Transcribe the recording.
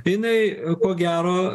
jinai ko gero